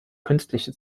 künstliche